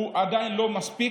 זה עדיין לא מספיק.